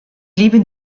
lieben